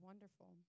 Wonderful